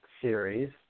series